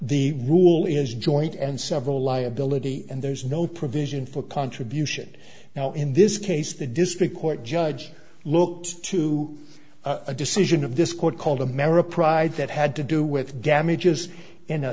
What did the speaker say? the rule is joint and several liability and there's no provision for contribution now in this case the district court judge looked to a decision of this court called ameriprise that had to do with damages in a